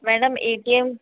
madam ATM